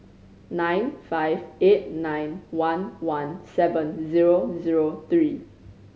nine five eight nine one one seven zero zero three